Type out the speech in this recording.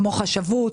כמו חשבות,